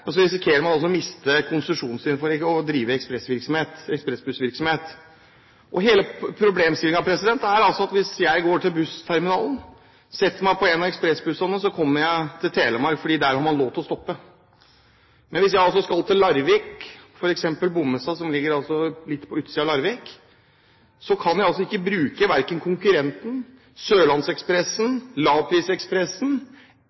risikerer man altså å miste konsesjonen for å drive ekspressbussvirksomhet. Problemstillingen er at hvis jeg går til Bussterminalen og setter meg på en av ekspressbussene, kommer jeg til Telemark – for der har man lov til å stoppe. Men hvis jeg skal til Larvik, f.eks. til Bommestad, som ligger litt utenfor Larvik, kan jeg altså ikke bruke verken konkurrenten,